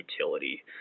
utility